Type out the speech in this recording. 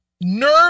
nerve